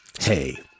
Hey